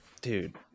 Dude